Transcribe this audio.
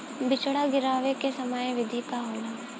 बिचड़ा गिरावे के सामान्य विधि का होला?